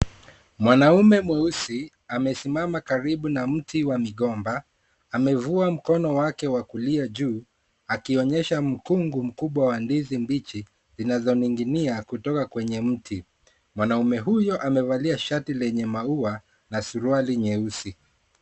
Mwanaume mweusi amesimama karibu na mti wa migomba, amevua mkono wake wa kulia juu akionyesha mkungu mkubwa wa ndizi mbichi zinazoning'inia kutoka kwenye mti. Mwanaume huyo amevalia shati lenye ya na suruali nyeusi.